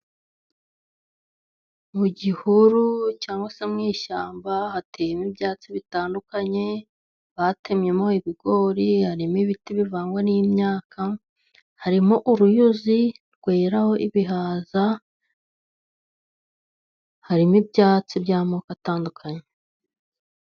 Mu gihuru cyangwa se mu ishyamba hateyemo ibyatsi bitandukanye, batemyemo ibigori, harimo ibiti bivangwa n'imyaka, harimo uruyuzi rweraraho ibihaza, harimo ibyatsi by'amoko atandukanye.